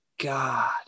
god